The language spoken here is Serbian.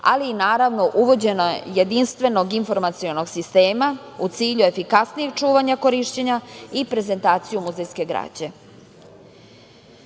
ali i naravno, uvođenje jedinstvenog informacionog sistema u cilju efikasnijeg čuvanja, korišćenja i prezentaciju muzejske građe. Na